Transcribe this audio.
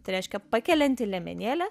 tai reiškia pakelianti liemenėlė